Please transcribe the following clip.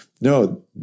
No